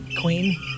Queen